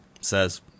says